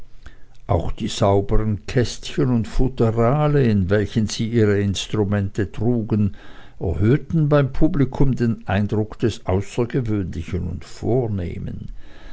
auch die sauberen kästchen und futterale in welchen sie ihre instrumente trugen erhöhten beim publikum den eindruck des außergewöhnlichen und vornehmen